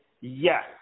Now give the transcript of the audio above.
Yes